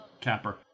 Capper